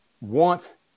wants